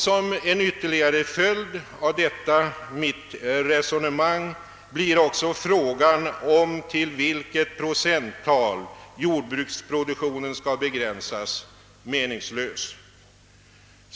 Som en ytterligare följd av detta mitt resonemang blir också frågan om vilket procenttal jordbruksproduktionen skall begränsas till meningslöst.